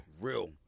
Real